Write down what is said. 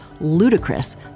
ludicrous